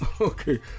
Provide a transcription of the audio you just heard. Okay